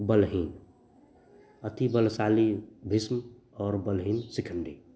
बलहीन अति बलशाली भीष्म और बलहीन शिखण्डी